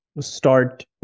start